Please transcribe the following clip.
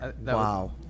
Wow